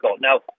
Now